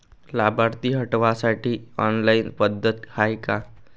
लाभार्थी हटवासाठी ऑनलाईन पद्धत हाय का?